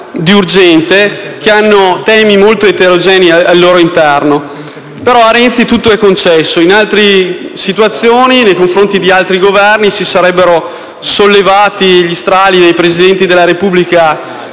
di urgente, ma contengono temi molto eterogenei al loro interno. A Renzi, però, tutto è concesso, mentre in altre situazioni, nei confronti di altri Governi, si sarebbero sollevati gli strali del Presidente della Repubblica